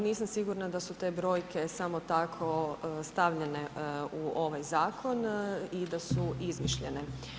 Nisam sigurna da su te brojke samo tako stavljene u ovaj zakon i da su izmišljene.